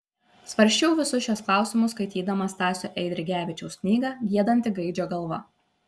svarsčiau visus šiuos klausimus skaitydamas stasio eidrigevičiaus knygą giedanti gaidžio galva